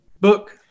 book